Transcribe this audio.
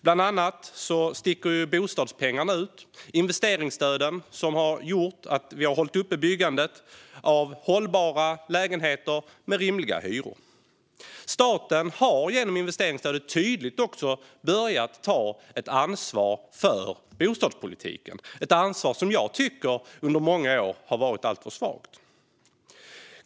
Bland annat sticker bostadspengarna ut - det investeringsstöd som har gjort att vi har hållit uppe byggandet av hållbara lägenheter med rimliga hyror. Staten har också genom investeringsstödet tydligt börjat ta ansvar för bostadspolitiken. Detta är ett ansvar som jag tycker under många år har varit alltför svagt.